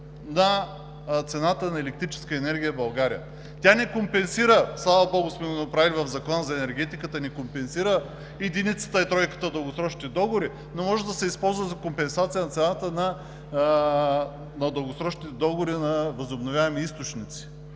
на цената на електрическа енергия в България. Слава богу, направили сме го в Закона за енергетиката, тя не компенсира единицата и тройката в дългосрочните договори, но може да се използва за компенсация на цената на дългосрочните договори на възобновяеми източници,